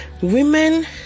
women